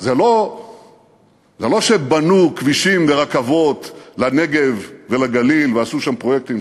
זה לא שבנו כבישים ורכבות לנגב ולגליל ועשו שם פרויקטים,